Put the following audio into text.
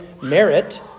merit